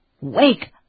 Wake